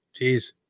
Jeez